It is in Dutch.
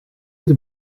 het